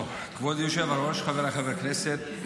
כבוד היושב-ראש, חבריי חברי הכנסת,